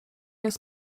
jest